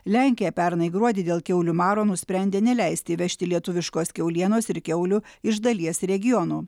lenkija pernai gruodį dėl kiaulių maro nusprendė neleisti įvežti lietuviškos kiaulienos ir kiaulių iš dalies regionų